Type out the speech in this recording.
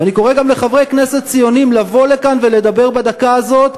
ואני קורא גם לחברי כנסת ציונים לבוא לכאן ולדבר בדקה הזאת,